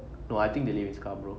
no I think they live in scarborough